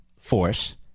force